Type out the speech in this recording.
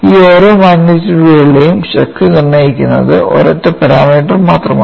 ഈ ഓരോ മാഗ്നിറ്റ്യൂഡുകളുടെയും ശക്തി നിർണ്ണയിക്കുന്നത് ഒരൊറ്റ പാരാമീറ്റർ മാത്രമാണ്